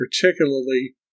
particularly